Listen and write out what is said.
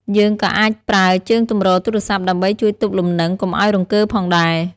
យើងក៏អាចប្រើជើងទម្រទូរស័ព្ទដើម្បីជួយទប់លំនឹងកុំឲ្យរង្គើផងដែរ។